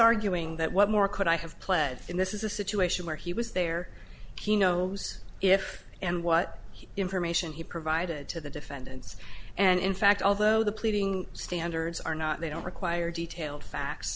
arguing that what more could i have pled in this is a situation where he was there he know if and what information he provided to the defendants and in fact although the pleading standards are not they don't require detailed